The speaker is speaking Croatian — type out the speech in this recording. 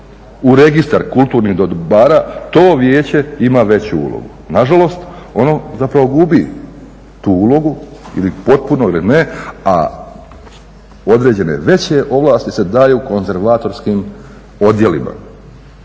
u Registar kulturnih dobara to vijeće ima veću ulogu. Nažalost, ono gubi tu ulogu ili potpuno ili ne, a određene veće ovlasti se daju konzervatorskim odjelima.